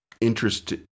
interest